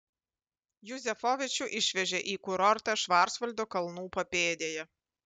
juzefovičių išvežė į kurortą švarcvaldo kalnų papėdėje